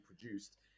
produced